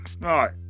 Right